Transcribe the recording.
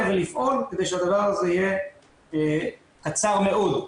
ולפעול כדי שהדבר הזה יהיה קצר מאוד.